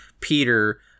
Peter